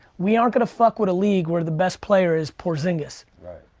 we aren't gonna fuck with a league where the best player is porzingis. right.